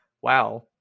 wow